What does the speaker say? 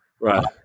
Right